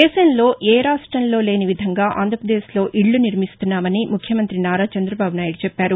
దేశంలో ఏ రాష్టంలో లేని విధంగా ఆంధ్రప్రదేశ్ లో ఇళ్లు నిర్మిస్తున్నామని ముఖ్యమంత్రి నారా చంద్రబాబు నాయుడు చెప్పారు